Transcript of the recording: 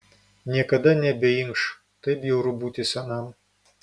niekada nebeinkš kaip bjauru būti senam